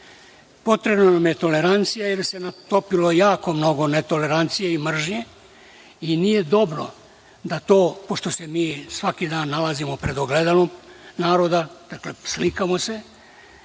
oštrinu. Potrebna nam je tolerancija, jer se natopilo jako mnogo netolerancije i mržnje, i nije dobro da to, pošto se mi svaki dan nalazimo pred ogledalom naroda, dakle slikamo se,